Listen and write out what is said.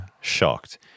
shocked